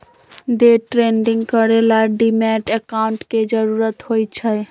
day trading करे ला demat account के जरूरत होई छई